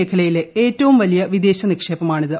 മേഖലയിലെ ഏറ്റവും വലിയ വിദേശ നിക്ഷേപമാണിത്